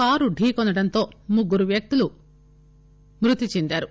car ఢీ కొట్లడంతో ముగ్గురు వ్యక్తులు మృతి చెందారు